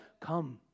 come